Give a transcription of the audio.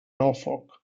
norfolk